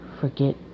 forget